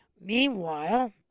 Meanwhile